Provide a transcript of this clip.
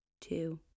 two